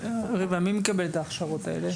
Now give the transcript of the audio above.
מי מקבל את ההכשרות האלה?